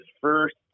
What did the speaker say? first